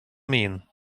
mean